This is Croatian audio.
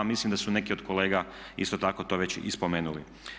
A mislim da su neki od kolega isto tako to već i spomenuli.